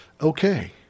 Okay